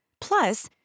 Plus